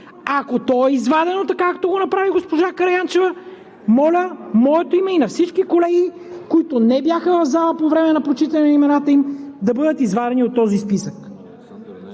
Ако то е извадено, както го направи госпожа Караянчева, моля, моето име и на всички колеги, които не бяха в залата по време на прочитане на имената им, да бъдат извадени от този списък.